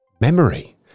Memory